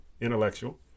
intellectual